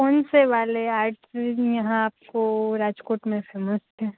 કોનસે વાલે આર્ટ યહાં આપકો રાજકોટ મેંસે મસ્ત હૈ